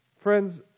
Friends